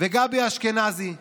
וגבי אשכנזי,